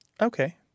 Okay